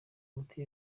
umuti